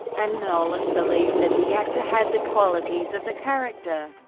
and nolan believed that the actor had the qualities of the character.